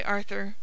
Arthur